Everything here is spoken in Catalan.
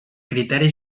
criteri